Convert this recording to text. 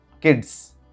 kids